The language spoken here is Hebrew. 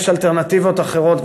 יש אלטרנטיבות האחרות,